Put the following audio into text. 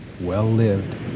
well-lived